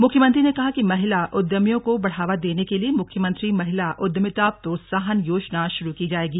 मुख्यमंत्री ने कहा कि महिला उद्यमियों को बढ़ावा देने के लिए मुख्यमंत्री महिला उद्यमिता प्रोत्साहन योजना शुरू की जाएगी